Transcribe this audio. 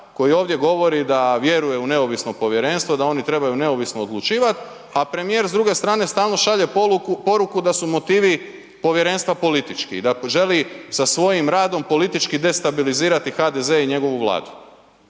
koji ovdje govori da vjeruje u neovisno povjerenstvo, dao ni trebaju neovisno odlučivati a prremijer s druge strane stalno šalje poruku da su motivi povjerenstva politički i da želi sa svojim radom politički destabilizirati HDZ i njegovu Vladu.